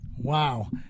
Wow